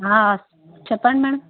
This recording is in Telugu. చెప్పండి మేడం